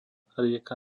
rieka